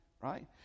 right